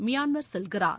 Myanmar செல்கிறார்